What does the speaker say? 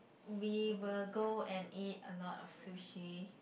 we were go and eat a lot of sushi